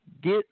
get